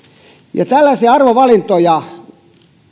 ja tällaisia arvovalintoja